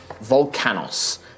Volcanos